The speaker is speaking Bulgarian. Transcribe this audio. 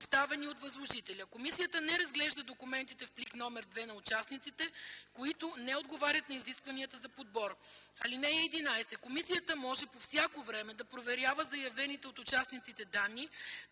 поставени от възложителя. Комисията не разглежда документите в плик № 2 на участниците, които не отговарят на изискванията за подбор. (11) Комисията може по всяко време да проверява заявените от участниците данни,